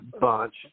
bunch